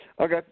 Okay